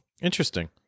Interesting